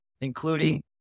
including